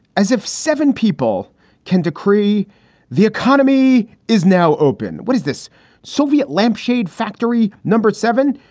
as if seven people can decree the economy is now open. what is this soviet lampshade factory? number seven,